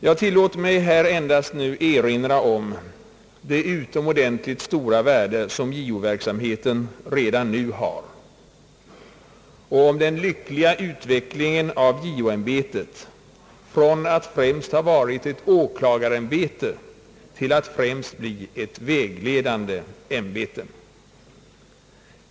Jag tillåter mig därefter erinra om det utomordentligt stora värde som JO verksamheten redan nu har och om den lyckliga utvecklingen av JO-ämbetet från att huvudsakligen ha varit ett åklagarämbete till att främst bli ett vägledande ämbete.